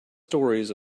stories